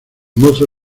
mozo